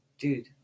dude